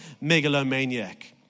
megalomaniac